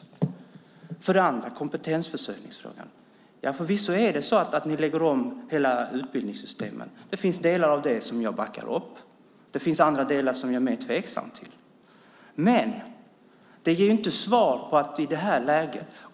Beträffande kompetensförsörjningsfrågan lägger ni förvisso om hela utbildningssystemet. Det finns delar av det som jag backar upp. Det finns andra delar som jag är mer tveksam till. Men det ger inte svar i detta läge.